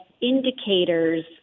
indicators